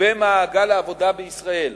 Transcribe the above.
במעגל העבודה בישראל.